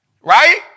Right